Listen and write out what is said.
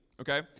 okay